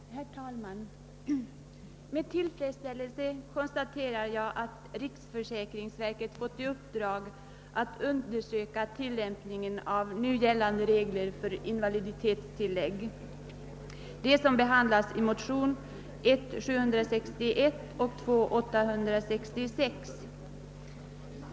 Herr talman! Med tillfredsställelse konstaterar jag att riksförsäkringsverket har fått i uppdrag att undersöka tillämpningen av nu gällande regler för invaliditetstillägg, som behandlas i motionerna I: 761 och II: 866.